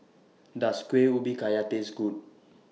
Does Kueh Ubi Kayu Taste Good